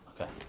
Okay